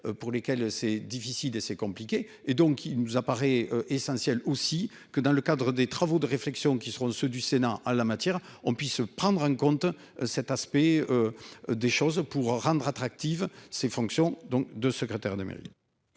pour lesquels c'est difficile et c'est compliqué et donc il nous apparaît essentiel aussi que dans le cadre des travaux de réflexion qui seront ceux du Sénat à la matière on puisse prendre en compte cet aspect. Des choses pour rendre attractive ses fonctions donc de secrétaire de mairie.